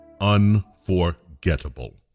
Unforgettable